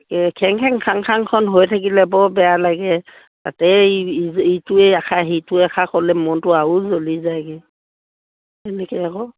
খেং খেং খাং খাং খন হৈ থাকিলে বৰ বেয়া লাগে তাতে ইটোৱে এষাৰ সিটোৱে এষাৰ ক'লে মনটো আৰু জ্বলি যায়গে সেনেকে আকৌ